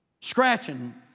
Scratching